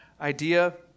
idea